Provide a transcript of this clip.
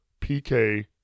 PK